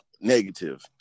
negative